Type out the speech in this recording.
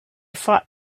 fought